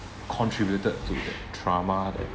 contributed to that trauma that